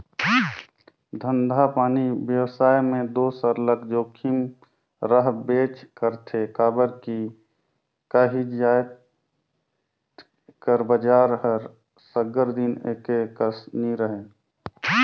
धंधापानी बेवसाय में दो सरलग जोखिम रहबेच करथे काबर कि काही जाएत कर बजार हर सगर दिन एके कस नी रहें